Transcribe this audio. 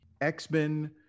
X-Men